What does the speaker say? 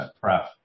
prep